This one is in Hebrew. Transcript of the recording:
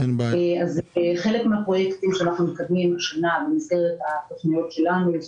חלק מן הפרויקטים החדשים שאנחנו מקדמים השנה במסגרת התוכניות שלנו זה